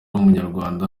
umunyarwanda